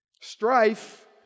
strife